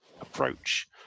approach